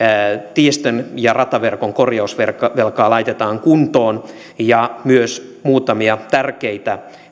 tiestön ja rataverkon korjausvelkaa laitetaan kuntoon ja myös muutamia tärkeitä